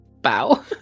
Bow